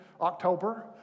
October